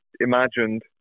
imagined